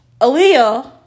Aaliyah